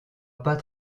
pas